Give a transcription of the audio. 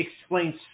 explains